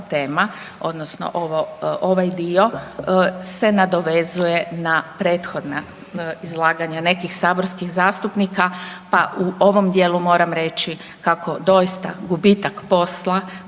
tema odnosno ovaj dio se nadovezuje na prethodna izlaganja nekih saborskih zastupnika pa u ovom dijelu moram reći kako doista gubitak posla